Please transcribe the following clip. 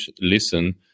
listen